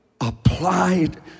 applied